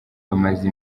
bamaze